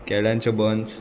केळ्यांच्यो buns